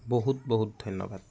বহুত বহুত ধন্যবাদ